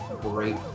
great